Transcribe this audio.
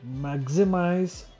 maximize